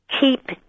keep